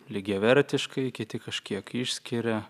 lygiavertiškai kiti kažkiek išskiria